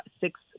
six